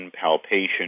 palpation